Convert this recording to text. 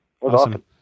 Awesome